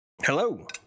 Hello